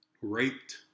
raped